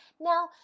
Now